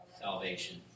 salvation